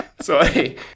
Sorry